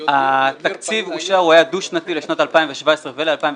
התקציב שאושר היה דו-שנתי, לשנת 2017 ול-2018.